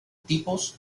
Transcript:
tipos